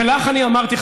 ולך אני אמרתי,